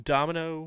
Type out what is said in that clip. Domino